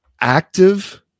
active